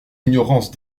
ignorance